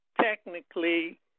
technically